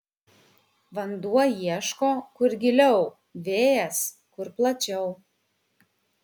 vanduo ieško kur giliau vėjas kur plačiau